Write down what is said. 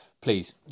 Please